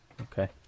okay